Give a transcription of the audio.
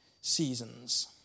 seasons